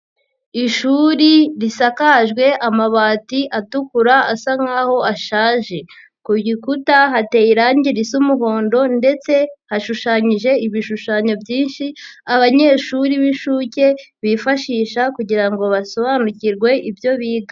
Ishuri risakajwe amabati atukura asa nkaho ashaje. Ku gikuta hateye irangi risa umuhondo ndetse hashushanyije ibishushanyo byinshi, abanyeshuri b'inshuke, bifashisha kugira ngo basobanukirwe ibyo biga.